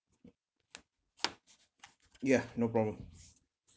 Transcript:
yeah no problem